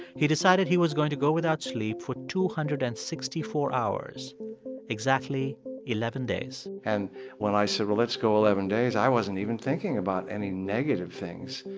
he decided he was going to go without sleep for two hundred and sixty four hours exactly eleven days and when i said, well, let's go eleven days, i wasn't even thinking about any negative things.